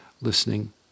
listening